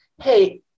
Hey